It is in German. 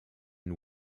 den